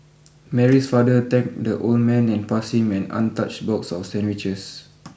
Mary's father thanked the old man and passed him an untouched box of sandwiches